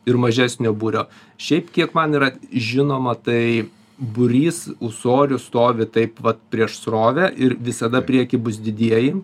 ir mažesnio būrio šiaip kiek man yra žinoma tai būrys ūsorių stovi taip vat prieš srovę ir visada prieky bus didieji